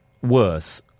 worse